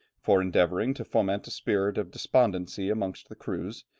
for endeavouring to foment a spirit of despondency amongst the crews,